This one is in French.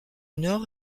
nord